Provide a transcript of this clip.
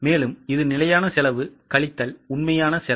எனவே இது நிலையான செலவு கழித்தல் உண்மையான செலவு